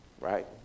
Right